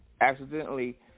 accidentally